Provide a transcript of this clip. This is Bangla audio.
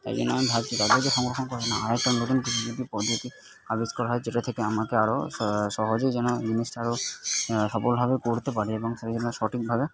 তাই জন্য আমি ভাবছি তাদেরকে সংরক্ষণ করা মানে করা হয় যেটা থেকে আমাকে আরও সহজেই যেন জিনিসটা আরও সফলভাবে করতে পারি এবং সেই জন্য সঠিকভাবে